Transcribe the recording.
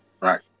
Right